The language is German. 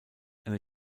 eine